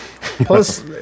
Plus